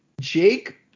Jake